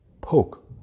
poke